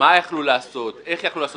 מה יכלו לעשות, איך יכלו לעשות?